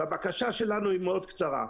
והבקשה שלנו היא מאוד קצרה.